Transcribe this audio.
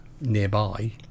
nearby